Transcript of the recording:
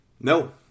No